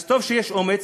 אז טוב שיש אומץ.